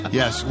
yes